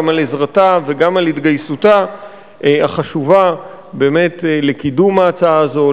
גם על עזרתה וגם על התגייסותה החשובה באמת לקידום ההצעה הזו,